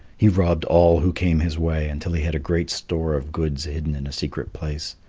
he robbed all who came his way, until he had a great store of goods hidden in a secret place.